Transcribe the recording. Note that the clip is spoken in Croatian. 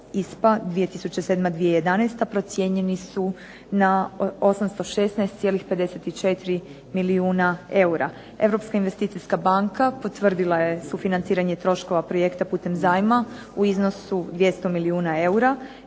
ISPA 2007.-2011. procijenjeni su na 816,54 milijuna eura. Europska investicijska banka potvrdila je sufinanciranje troškova projekta putem zajma u iznosu 200 milijuna eura,